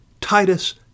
Titus